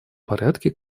порядке